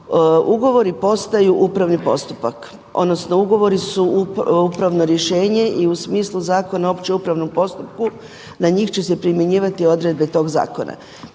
Ugovori postaju upravni postupak, odnosno ugovori su upravno rješenje i u smislu Zakona o općem upravnom postupku na njih će se primjenjivati odredbe tog zakona.